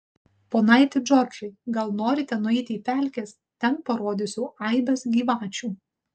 ponaiti džordžai gal norite nueiti į pelkes ten parodysiu aibes gyvačių